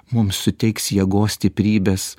mums suteiks jėgos stiprybės